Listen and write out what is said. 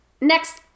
Next